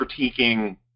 critiquing